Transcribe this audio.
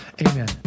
Amen